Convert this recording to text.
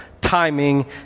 timing